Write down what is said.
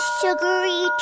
sugary